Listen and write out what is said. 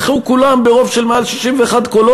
והן נדחו כולן ברוב של מעל 61 קולות,